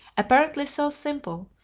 apparently so simple,